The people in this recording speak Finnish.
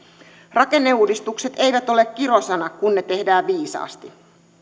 rakenneuudistukset eivät ole kirosana kun ne tehdään viisaasti